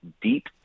deep